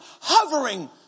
hovering